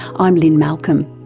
i'm lynne malcolm,